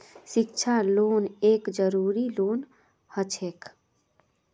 शिक्षा लोन एक जरूरी लोन हछेक